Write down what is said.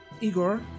Igor